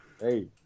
Hey